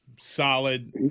solid